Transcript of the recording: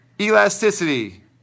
elasticity